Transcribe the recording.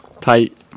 tight